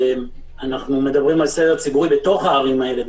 אנחנו מדברים על סדר ציבורי בערים האלה,